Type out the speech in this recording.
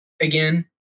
again